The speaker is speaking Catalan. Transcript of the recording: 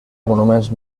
monuments